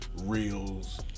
reels